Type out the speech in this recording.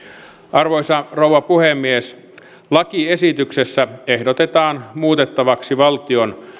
arvoisa rouva puhemies lakiesityksessä ehdotetaan muutettavaksi valtion